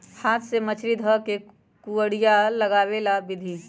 हाथ से मछरी ध कऽ कुरिया लगाबे बला विधि